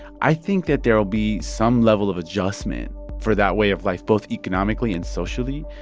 i think that there will be some level of adjustment for that way of life, both economically and socially,